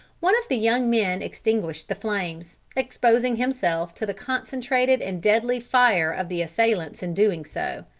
one of the young men extinguished the flames, exposing himself to the concentrated and deadly fire of the assailants in doing so.